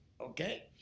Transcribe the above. Okay